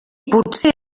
potser